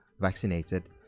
vaccinated